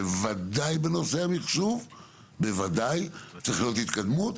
בוודאי בנושא המחשוב צריך להיות התקדמות,